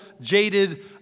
jaded